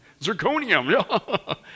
zirconium